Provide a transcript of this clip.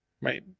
Right